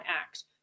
act